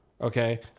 Okay